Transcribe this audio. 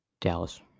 Dallas